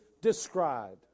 described